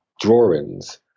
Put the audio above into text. Drawings